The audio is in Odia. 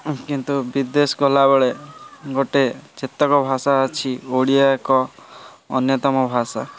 କିନ୍ତୁ ବିଦେଶ ଗଲାବେଳେ ଗୋଟେ ଯେତକ ଭାଷା ଅଛି ଓଡ଼ିଆ ଏକ ଅନ୍ୟତମ ଭାଷା